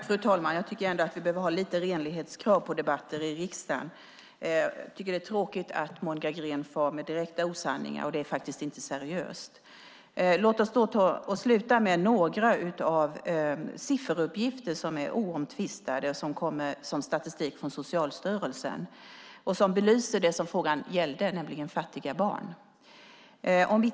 Fru talman! Jag tycker ändå att vi behöver ha lite renlighetskrav på debatter i riksdagen. Det är tråkigt att Monica Green far med direkta osanningar. Det är faktiskt inte seriöst. Låt oss avsluta debatten med några sifferuppgifter som är oomtvistade och som är statistik från Socialstyrelsen. Siffrorna belyser det som interpellationen gäller, nämligen fattiga barn.